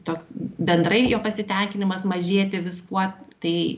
toks bendrai jo pasitenkinimas mažėti viskuo tai